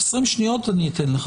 20 שניות אני אתן לך.